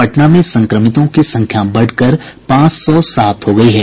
पटना में संक्रमितों की संख्या बढ़कर पांच सौ सात हो गयी है